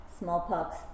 Smallpox